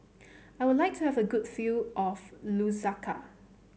I would like to have a good view of Lusaka